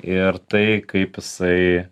ir tai kaip jisai